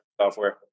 software